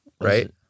right